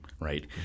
right